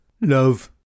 love